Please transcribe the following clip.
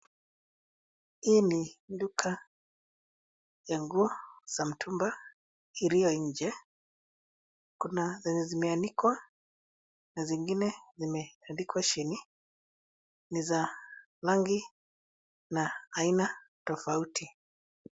Hii ni duka ya nguo za mtumba iliyonje. Kuna zenye zimeanikwa na zingine zimetandikwa chini. Ni za rangi na aina tofauti.